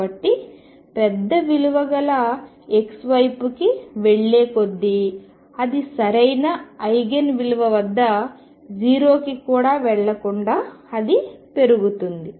కాబట్టి పెద్ద విలువ గల x వైపుకి వెళ్ళే కొద్దీ అది సరైన ఐగెన్ విలువ వద్ద 0కి వెళ్లకుండా అది పెరుగుతుంది